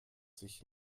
sich